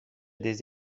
des